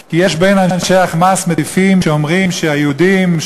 כי יש בין אנשי ה"חמאס" מטיפים שאומרים שהיהודים,